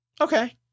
Okay